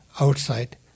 Outside